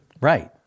right